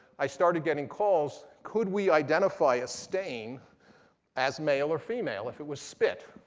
i started getting calls, could we identify a stain as male or female if it was spit?